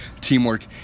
teamwork